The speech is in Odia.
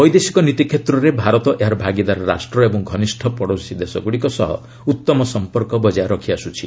ବୈଦେଶିକ ନୀତି କ୍ଷେତ୍ରରେ ଭାରତ ଏହାର ଭାଗିଦାର ରାଷ୍ଟ୍ର ଏବଂ ଘନିଷ୍ଠ ପଡ଼ୋଶୀଦେଶଗୁଡ଼ିକ ସହ ଉତ୍ତମ ସଂପର୍କ ବଜାୟ ରଖିଆସୁଛି